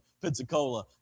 Pensacola